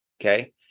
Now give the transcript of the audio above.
okay